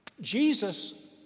Jesus